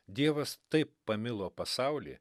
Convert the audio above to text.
dievas taip pamilo pasaulį